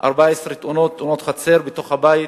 14 תאונות חצר, בתוך הבית,